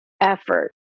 effort